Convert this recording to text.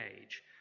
age